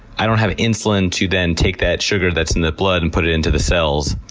i don't have insulin to then take that sugar that's in the blood and put it into the cells,